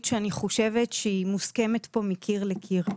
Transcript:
שאני חושבת שהיא מוסכמת פה מקיר לקיר.